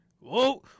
Whoa